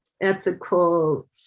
ethical